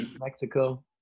Mexico